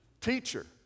Teacher